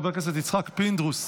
חבר הכנסת יצחק פינדרוס,